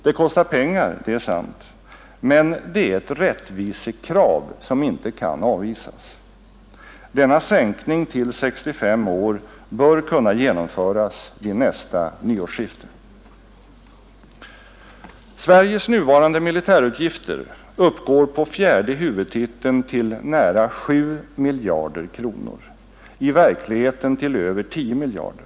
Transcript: Det kostar pengar, det är sant, men det är ett rättvisekrav som inte kan avvisas. Denna sänkning till 65 år bör kunna genomföras vid nästa årsskifte. Sveriges nuvarande militärutgifter uppgår på fjärde huvudtiteln till nära 7 miljarder kronor, i verkligheten till över 10 miljarder.